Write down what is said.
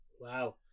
Wow